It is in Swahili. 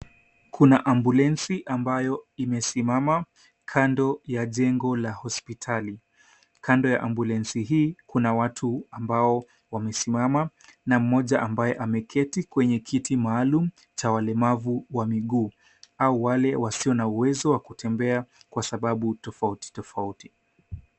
Kuna ambulensi ambayo imesimama kando ya jengo la hospitali. Kando ya ambulensi hii kuna watu ambao wamesimama na mmoja ambaye ameketi kwenye kiti maalumu cha walemavu wa miguu au wale wasio na uwezo wa kutembea kwa sababu tofauti tofauti.